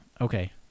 Okay